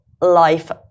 life